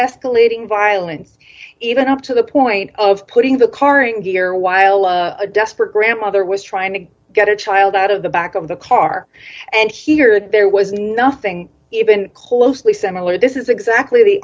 escalating violence even up to the point of putting the car and here while a desperate grandmother was trying to get a child out of the back of the car and here there was nothing even closely similar this is exactly the